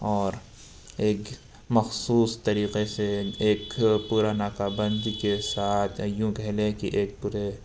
اور ایک مخصوص طریقے سے ایک پورا ناکابندی کے ساتھ یا یوں کہہ لیں کہ ایک پورے